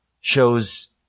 shows